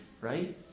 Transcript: right